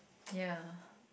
ya